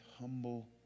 humble